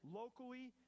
locally